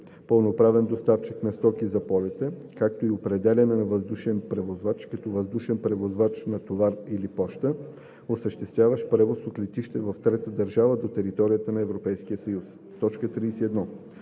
пълноправен доставчик на стоки за полета, както и определяне на въздушен превозвач като „въздушен превозвач на товари или поща, осъществяващ превоз от летище в трета държава до територията на Европейския съюз”; 31.